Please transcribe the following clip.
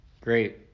Great